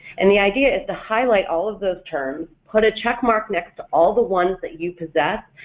and the idea is to highlight all of those terms, put a checkmark next to all the ones that you possess,